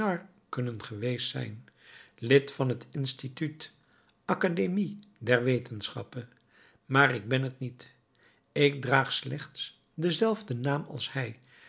kunnen geweest zijn lid van het instituut academie der wetenschappen maar ik ben het niet ik draag slechts denzelfden naam als hij